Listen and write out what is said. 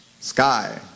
Sky